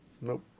Nope